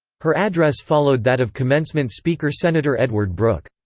her address followed that of commencement speaker senator edward brooke.